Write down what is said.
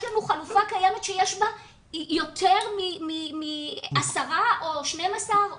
אבל כרגע יש לנו חלופה קיימת שיש בה יותר מעשרה או 12,